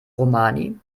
romani